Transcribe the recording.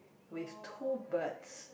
with two birds